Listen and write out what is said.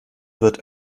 wird